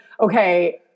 okay